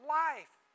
life